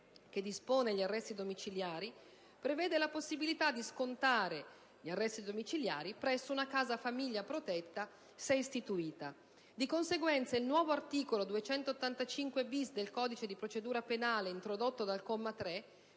(che dispone gli arresti domiciliari), prevede la possibilità di scontare gli arresti domiciliari presso una casa famiglia protetta, se istituita. Di conseguenza, il nuovo articolo 285*-bis* del codice di procedura penale, introdotto dal comma 3,